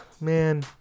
man